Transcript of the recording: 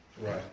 Right